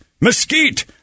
Mesquite